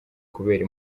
kubera